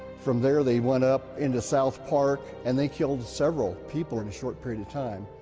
from there they went up into south park and they killed several people in a short period of time.